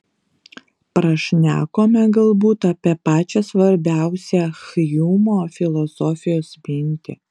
prašnekome galbūt apie pačią svarbiausią hjumo filosofijos mintį